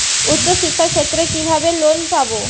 উচ্চশিক্ষার ক্ষেত্রে কিভাবে লোন পাব?